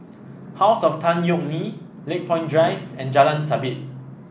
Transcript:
House of Tan Yeok Nee Lakepoint Drive and Jalan Sabit